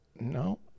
No